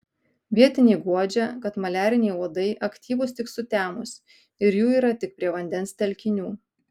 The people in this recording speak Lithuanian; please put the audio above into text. vietiniai guodžia kad maliariniai uodai aktyvūs tik sutemus ir jų yra tik prie vandens telkinių